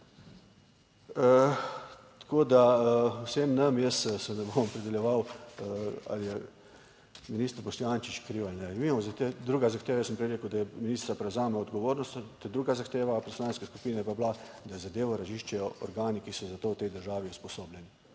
Tako, da vsem nam, jaz se ne bom opredeljeval ali je minister Boštjančič kriv ali ne, imamo druga zahteva, sem prej rekel, da je minister prevzame odgovornost. Druga zahteva poslanske skupine je pa bila, da zadevo raziščejo organi, ki so za to v tej državi usposobljeni.